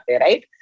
right